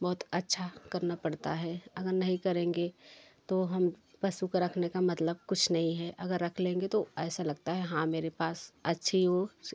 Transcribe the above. बहुत अच्छा करना पड़ता है अगर नहीं करेंगे तो हम पशु को रखने का मतलब कुछ नहीं है अगर रख लेंगे तो ऐसा लगता है हाँ मेरे पास अच्छी हो